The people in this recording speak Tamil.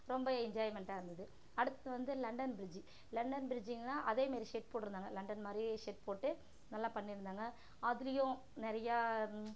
ரொம்ப என்ஜாய்மெண்ட்டாக இருந்தது அடுத்து வந்து லண்டன் பிரிட்ஜி லண்டன் பிரிட்ஜுனா அதேமாரி ஷெட் போட்டுருந்தாங்க லண்டன் மாதிரியே ஷெட் போட்டு நல்லா பண்ணியிருந்தாங்க அதுலேயும் நிறையா